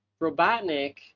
Robotnik